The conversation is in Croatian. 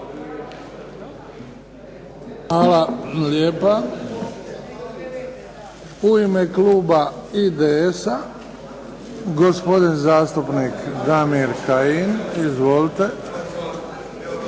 Hvala lijepa. U ime kluba IDS-a gospodin zastupnik Damir Kajin. Izvolite.